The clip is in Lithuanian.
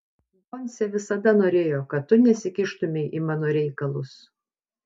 doncė visada norėjo kad tu nesikištumei į mano reikalus